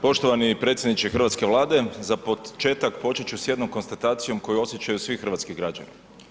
Poštovani predsjedniče Hrvatske vlade za početak počet ću s jednom konstatacijom koju osjećaju svi hrvatski građani.